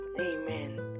amen